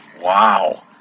Wow